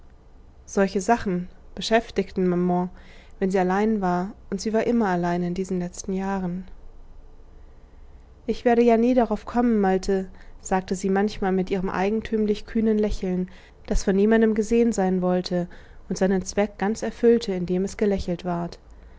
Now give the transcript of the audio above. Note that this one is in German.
solche sachen beschäftigten maman wenn sie allein war und sie war immer allein diese letzten jahre ich werde ja nie darauf kommen malte sagte sie manchmal mit ihrem eigentümlich kühnen lächeln das von niemandem gesehen sein wollte und seinen zweck ganz erfüllte indem es gelächelt ward